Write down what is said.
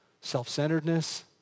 self-centeredness